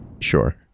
Sure